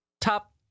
top